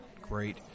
Great